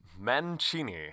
Mancini